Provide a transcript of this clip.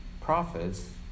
prophets